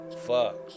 Fuck